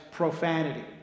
Profanity